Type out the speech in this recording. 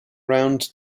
round